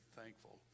thankful